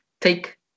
Take